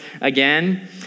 again